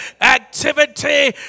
activity